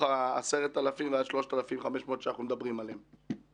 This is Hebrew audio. ה-10,000 וה-3,500 שאנחנו מדברים עליהם